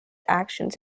actions